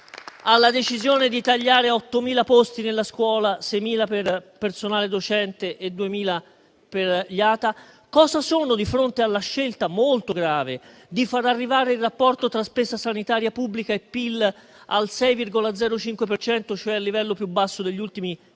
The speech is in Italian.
alla decisione di tagliare 8.000 posti nella scuola (6.000 per personale docente e 2.000 per il personale ATA)? Cosa sono di fronte alla scelta molto grave di far arrivare il rapporto tra spesa sanitaria pubblica e PIL al 6,05 per cento, cioè al livello più basso degli ultimi quindici